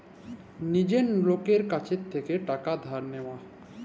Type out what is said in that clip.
লীজের লকের কাছ থ্যাইকে টাকা ধার লিয়া